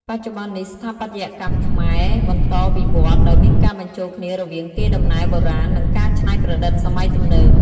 បច្ចុប្បន្ននេះ ស្ថាបត្យកម្មខ្មែរបន្តវិវឌ្ឍន៍ ដោយមានការបញ្ចូលគ្នារវាងកេរដំណែលបុរាណ និងការច្នៃប្រឌិតសម័យទំនើប។